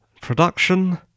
Production